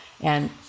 And-